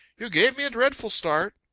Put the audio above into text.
you gave me a dreadful start.